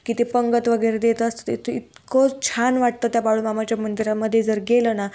की ते पंगत वगैरे देत असं ते ते इतकं छान वाटतं त्या बाळूमामाच्या मंदिरामध्ये जर गेलं ना